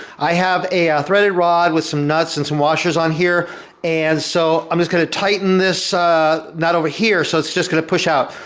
i have a ah threaded rod with some nuts and some washers on here and so i'm just going to tighten this nut over here so it's just going to push out.